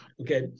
Okay